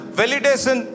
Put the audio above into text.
validation